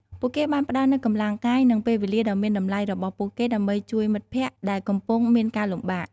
ពួកគេបានផ្តល់នូវកម្លាំងកាយនិងពេលវេលាដ៏មានតម្លៃរបស់ពួកគេដើម្បីជួយមិត្តភក្តិដែលកំពុងមានការលំបាក។